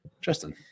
Justin